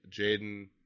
Jaden